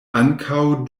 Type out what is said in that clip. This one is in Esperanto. ankaŭ